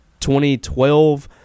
2012